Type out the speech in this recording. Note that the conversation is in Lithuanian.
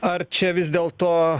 ar čia vis dėlto